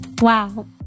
Wow